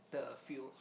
the fuel